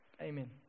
Amen